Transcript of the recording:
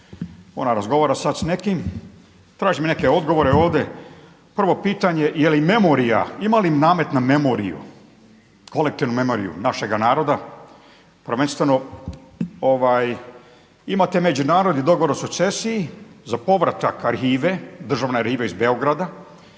ona razgovara sada s nekim, traži me neke odgovore ovdje. Prvo pitanje je li memorija, ima li namet na memoriju, kolektivnu memoriju našega naroda prvenstveno, imate međunarodni dogovor o sukcesiji, za povratak arhive, državna